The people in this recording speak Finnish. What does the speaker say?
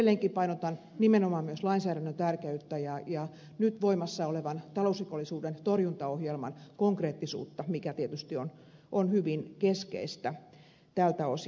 edelleenkin painotan nimenomaan myös lainsäädännön tärkeyttä ja nyt voimassa olevan talousrikollisuuden torjuntaohjelman konkreettisuutta mikä tietysti on hyvin keskeistä tältä osin